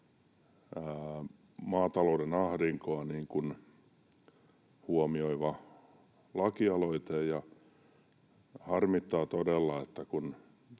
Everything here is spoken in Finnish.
maatalouden ahdinkoa huomioiva lakialoite, ja harmittaa todella,